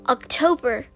October